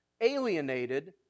alienated